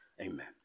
amen